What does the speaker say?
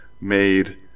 made